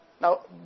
Now